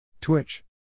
Twitch